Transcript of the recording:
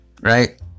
Right